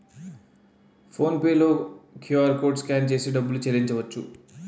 phone pay లో QR code scan చేసి డబ్బులు చెల్లించవచ్చు